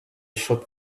should